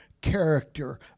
character